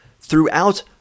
throughout